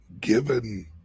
given